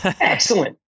excellent